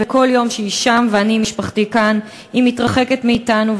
וכל יום שהיא שם ואני ומשפחתי כאן היא מתרחקת מאתנו,